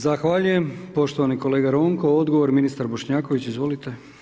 Zahvaljujem poštovani kolega Ronko, odgovor ministar Bošnjaković, izvolite.